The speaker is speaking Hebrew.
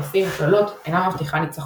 מטוסים וצוללות אינה מבטיחה ניצחון.